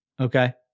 Okay